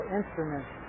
instruments